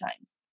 times